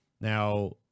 Now